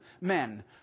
men